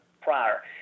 prior